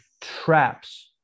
traps